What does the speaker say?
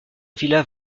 villa